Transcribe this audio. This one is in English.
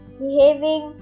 behaving